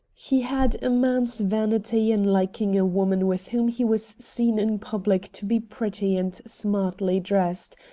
he had a man's vanity in liking a woman with whom he was seen in public to be pretty and smartly dressed,